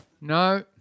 No